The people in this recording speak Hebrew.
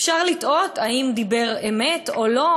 אפשר לתהות אם דיבר אמת או לא,